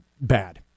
bad